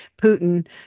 Putin